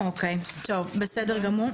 אוקיי, בסדר גמור.